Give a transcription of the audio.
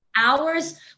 hours